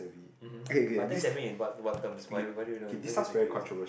mm hmm but tech savvy in what what terms why why do you know why disagree with that